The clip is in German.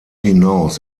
hinaus